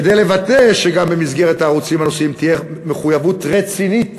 כדי לוודא שגם במסגרת הערוצים הנושאיים תהיה מחויבות רצינית